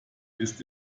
ist